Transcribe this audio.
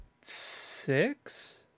six